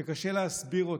שקשה להסביר אותה,